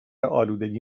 آلودگی